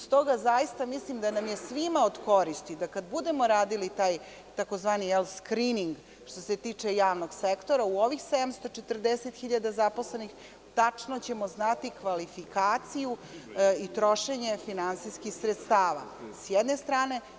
Stoga zaista mislim da nam je svima od koristi da kada budemo radili taj tzv. skrining, što se tiče javnog sektora, u ovih 740 hiljada zaposlenih, tačno ćemo znati kvalifikaciju i trošenje finansijskih sredstava, s jedne strane.